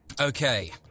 Okay